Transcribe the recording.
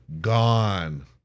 gone